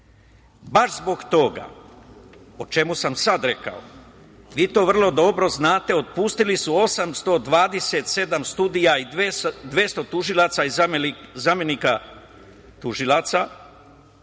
zbog toga o čemu sam sad rekao, vi to vrlo dobro znate, otpustili su 827 sudija i 200 tužilaca i zamenika tužilaca